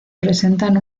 presentan